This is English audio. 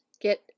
Get